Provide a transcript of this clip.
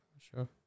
sure